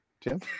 Jim